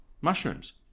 mushrooms